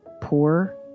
poor